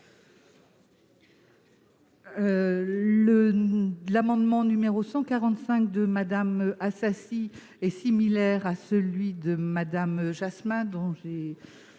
L'amendement n° 145 de Mme Assassi est similaire à celui de Mme Jasmin, que j'ai